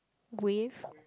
wave